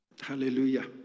Hallelujah